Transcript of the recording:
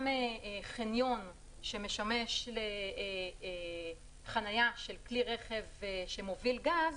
חניון שמשמש לחנייה של כלי רכב שמוביל גז